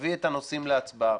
תביא את הנושאים להצבעה,